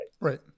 Right